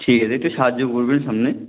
ঠিক আছে একটু সাহায্য করবেন সামনে